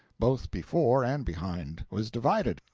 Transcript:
both before and behind, was divided,